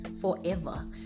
forever